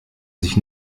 sich